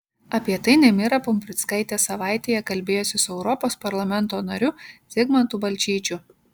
apie tai nemira pumprickaitė savaitėje kalbėjosi su europos parlamento nariu zigmantu balčyčiu